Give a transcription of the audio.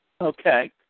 Okay